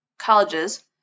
colleges